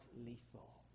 lethal